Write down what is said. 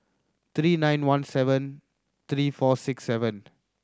three nine one seven three four six seven